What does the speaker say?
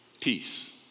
peace